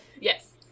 yes